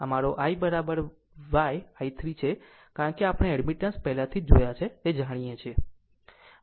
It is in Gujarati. આમ કારણ કે આપણે એડમિટન્સ પહેલાંથી જ જોયા છે તે જાણીએ છીએ